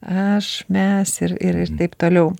aš mes ir ir ir taip toliau